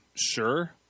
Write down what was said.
sure